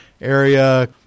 area